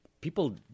people